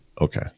Okay